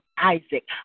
Isaac